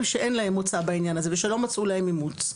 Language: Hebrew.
שאין להם מוצא בעניין הזה ושלא מצאו להם אימוץ.